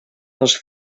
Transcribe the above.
dels